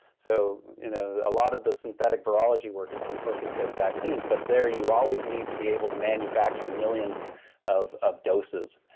so you know a lot of the synthetic virology work has been focused at vaccines but there, you always need to be able to manufacture millions of of doses,